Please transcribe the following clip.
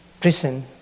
prison